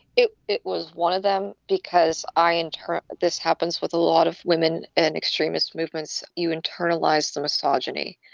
it it was one of them, because i and her this happens with a lot of women and extremist movements. you internalized the misogyny.